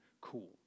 cool